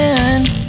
end